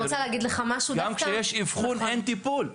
וגם כשיש אבחון אין טיפול.